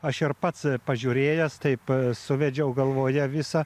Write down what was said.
aš ir pats pažiūrėjęs taip suvedžiau galvoje visą